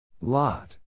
Lot